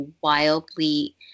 wildly